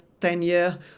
ten-year